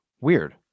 Weird